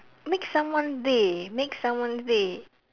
make someone day make someone's day